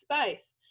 space